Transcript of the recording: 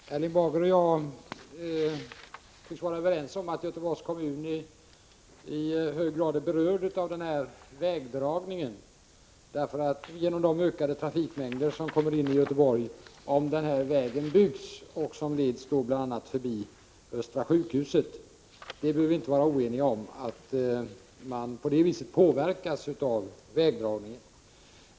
Herr talman! Erling Bager och jag tycks vara överens om att Göteborgs kommun i hög grad är berörd av denna vägdragning till följd av den ökade trafik som kommer in i Göteborg om vägen byggs. Vägen kommer bl.a. att ledas förbi Östra sjukhuset. Vi behöver inte vara oeniga om att man på detta sätt påverkas av vägdragningen.